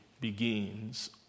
begins